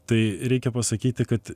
tai reikia pasakyti kad